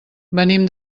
venim